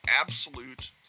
absolute